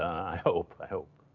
i hope, i hope.